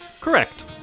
Correct